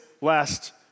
last